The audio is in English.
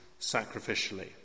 sacrificially